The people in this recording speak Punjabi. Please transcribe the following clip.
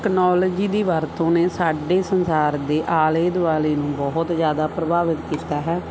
ਟੈਕਨੋਲਜੀ ਦੀ ਵਰਤੋਂ ਨੇ ਸਾਡੇ ਸੰਸਾਰ ਦੇ ਆਲੇ ਦੁਆਲੇ ਨੂੰ ਬਹੁਤ ਜ਼ਿਆਦਾ ਪ੍ਰਭਾਵਿਤ ਕੀਤਾ ਹੈ